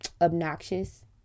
obnoxious